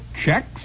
checks